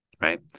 right